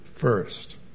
first